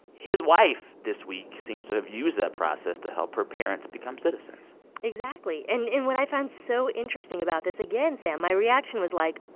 his wife this week seems to have used that process to help her parents become citizens exactly. and what i find so interesting about this again, sam, my reaction was, like,